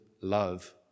love